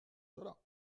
cela